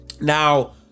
Now